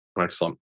Excellent